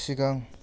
सिगां